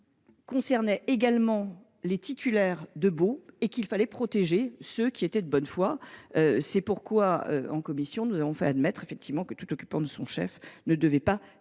» concernait également les titulaires de baux et qu’il fallait protéger ceux qui étaient de bonne foi. C’est pourquoi, en commission, nous avons fait admettre que l’expulsion ne devait pas